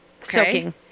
soaking